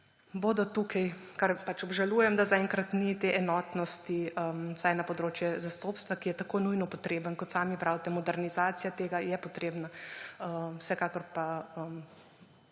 bo tukaj, kar pač obžalujem, da zaenkrat ni te enotnosti, vsaj na področju zastopstva, ki je tako nujno potreben, kot sami pravite; modernizacija tega je potrebna. Vsekakor pa